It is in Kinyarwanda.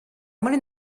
muri